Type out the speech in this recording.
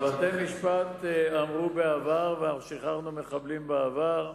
בתי-משפט אמרו בעבר, ואנחנו שחררנו מחבלים בעבר.